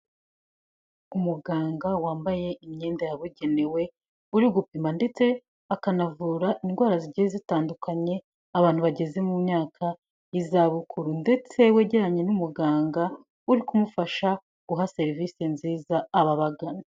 Umuganga wambaye imyenda yabugenewe, uri gupima ndetse akanavura indwara zigiye zitandukanye abantu bageze mu myaka y'izabukuru, ndetse wegeranye n'umuganga uri kumufasha guha serivisi nziza ababagana.